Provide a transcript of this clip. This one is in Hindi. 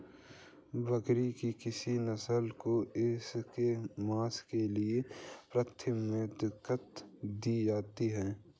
बकरी की किस नस्ल को इसके मांस के लिए प्राथमिकता दी जाती है?